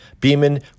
Beeman